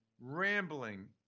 rambling